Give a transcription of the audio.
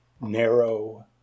narrow